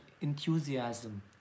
enthusiasm